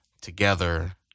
together